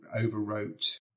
overwrote